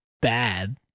bad